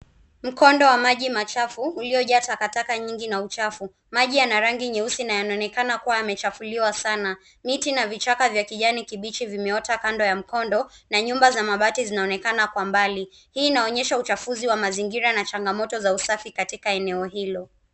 Mkondo wa maji machafu uliojaa takataka nyingi na uchafu. Maji yana rangi nyeusi na yanaonekana kuwa yamechafuliwa sana. Miti na vichaka vya kijani kibichi vimeota kando ya mkondo na nyumba za mabati zinaonekana kwa mbali. Hii inaonyesha uchafuzi wa mazingira na changamoto za usafi katika eneo hilo.